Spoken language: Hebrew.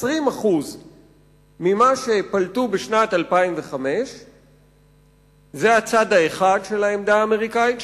20% ממה שפלטו בשנת 2005. זה הצד האחד של העמדה האמריקנית,